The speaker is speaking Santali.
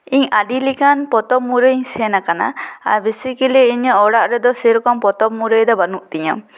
ᱤᱧ ᱟᱹᱰᱤ ᱞᱮᱠᱟᱱ ᱯᱚᱛᱚᱵ ᱢᱩᱨᱟᱹᱭ ᱤᱧ ᱥᱮᱱ ᱟᱠᱟᱱᱟ ᱟᱨ ᱵᱮᱥᱤᱠᱮᱞᱤ ᱤᱧᱟ ᱜ ᱚᱲᱟᱜ ᱨᱮᱫᱚ ᱥᱮᱨᱚᱠᱚᱢ ᱯᱚᱛᱚᱵ ᱢᱩᱨᱟᱹᱭ ᱫᱚ ᱵᱟᱱᱩ ᱛᱤᱧᱟᱹ